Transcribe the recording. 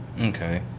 Okay